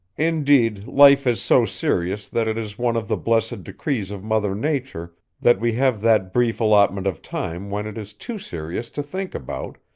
indeed life is so serious that it is one of the blessed decrees of mother nature that we have that brief allotment of time when it is too serious to think about,